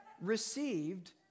received